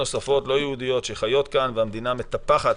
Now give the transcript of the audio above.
שכולל קהילות נוספות,